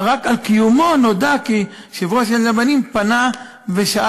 על קיומו נודע כי יושב-ראש "יד לבנים" פנה ושאל,